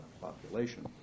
population